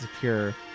pure